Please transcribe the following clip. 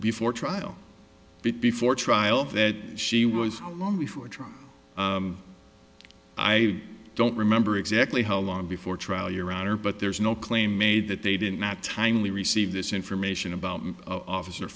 before trial before trial that she was long before trial i don't remember exactly how long before trial your honor but there's no claim made that they did not timely receive this information about an officer